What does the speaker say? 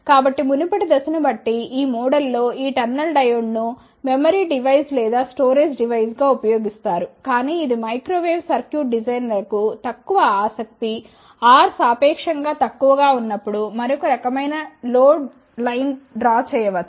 కాబట్టి మునుపటి దశను బట్టి ఈ మోడ్లో ఈ టన్నెల్ డయోడ్ను మెమరీ డివైజ్ లేదా స్టోరేజ్ డివైజ్ గా ఉపయోగిస్తారు కానీ ఇది మైక్రో వేవ్ సర్క్యూట్ డిజైనర్లకు తక్కువ ఆసక్తి r సాపేక్షం గా తక్కువగా ఉన్నప్పుడు మరొక రకమైన లోడ్ లైన్ డ్రా చేయవచ్చు